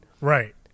Right